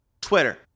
Twitter